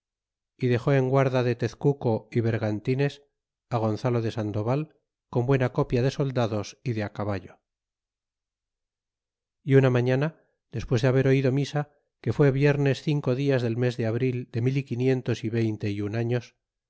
y dex en guarda de tezcuco y vergantines gonzalo de sandoval con buena copia de soldados y de caballo y una mañana despues de haber oido misa que fue viernes cinco dias del mes de abril de mil y quinientos y veinte y un años